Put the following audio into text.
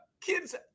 kids